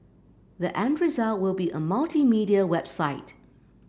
the end result will be a multimedia website